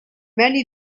many